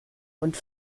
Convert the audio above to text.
und